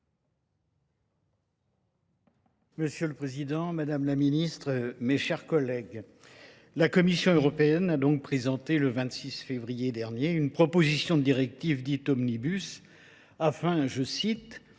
Monsieur le Président, Madame la Ministre, mes chers collègues, la Commission européenne a donc présenté le 26 février dernier une proposition de directive dite Omnibus afin, je cite,